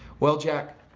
well jack,